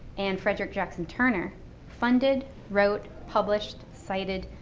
and frederick jackson turner funded, wrote, published, cited,